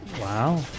Wow